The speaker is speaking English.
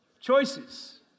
choices